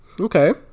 Okay